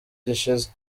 gishize